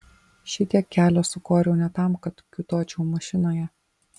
šitiek kelio sukoriau ne tam kad kiūtočiau mašinoje